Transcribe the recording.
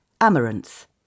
Amaranth